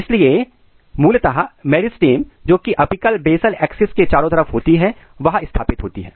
इसलिए मूलतः मेरिस्टेम जोकि अपिकल बेसल अलेक्सिस के चारों तरफ होती है वह स्थापित होती है